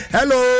Hello